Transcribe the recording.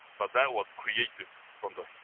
but that was created from the